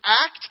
act